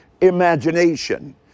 imagination